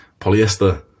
polyester